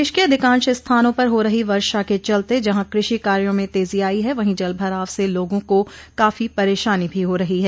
प्रदेश के अधिकांश स्थानों पर हो रही वर्षा के चलते जहां कृषि कार्यो में तेजी आई है वहीं जल भराव से लोगों को काफी परेशानी भी हो रही है